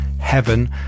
Heaven